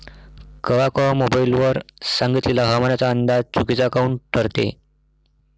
कवा कवा मोबाईल वर सांगितलेला हवामानाचा अंदाज चुकीचा काऊन ठरते?